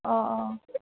অ' অ'